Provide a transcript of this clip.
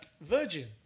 Virgin